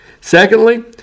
Secondly